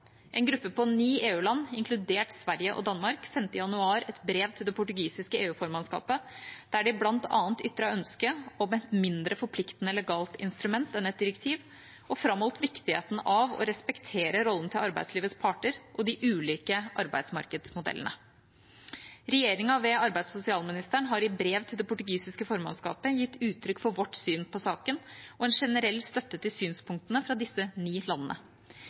En gruppe på ni EU-land, inkludert Sverige og Danmark, sendte i januar et brev til det portugisiske EU-formannskapet der de bl.a. ytret ønske om et mindre forpliktende legalt instrument enn et direktiv og framholdt viktigheten av å respektere rollen til arbeidslivets parter og de ulike arbeidsmarkedsmodellene. Regjeringa, ved arbeids- og sosialministeren, har i brev til det portugisiske formannskapet gitt uttrykk for vårt syn på saken og en generell støtte til synspunktene fra disse ni landene.